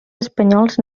espanyols